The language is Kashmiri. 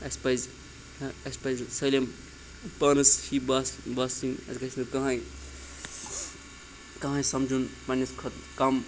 اَسہِ پَزِ اَسہِ پَزنہٕ سٲلِم پانَس ہی باسہِ باسٕنۍ اَسہِ گَژھِ نہٕ کَہَے کَہَے سَمجُن پنٛنِس کھۄت کَم